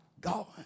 God